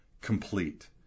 complete